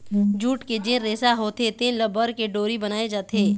jute के जेन रेसा होथे तेन ल बर के डोरी बनाए जाथे